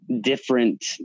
different